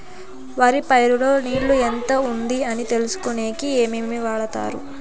వరి పైరు లో నీళ్లు ఎంత ఉంది అని తెలుసుకునేకి ఏమేమి వాడతారు?